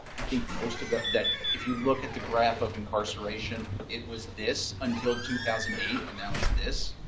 i think most of the that if you look at the graph of incarceration, it was this until two thousand and eight, and now it's this.